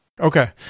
Okay